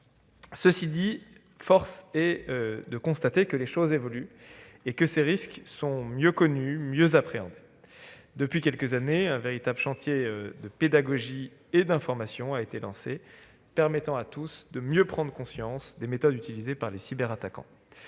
Cela dit, force est de constater que les choses évoluent et que ces risques sont mieux connus et mieux appréhendés. Depuis quelques années, un véritable chantier de pédagogie et d'information a été lancé, permettant à tous de prendre mieux conscience des méthodes utilisées par les cyberattaquants.